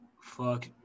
fuck